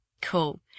Cool